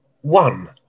one